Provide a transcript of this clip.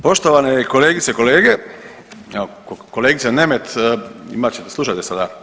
Poštovane kolegice i kolege, evo kolegice Nemet imat ćete, slušajte sada.